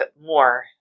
more